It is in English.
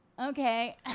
Okay